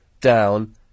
down